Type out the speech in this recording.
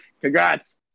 Congrats